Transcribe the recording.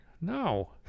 No